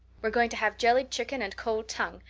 we're going to have jellied chicken and cold tongue.